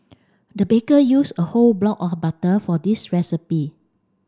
the baker use a whole block of butter for this recipe